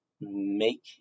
make